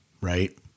right